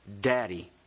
daddy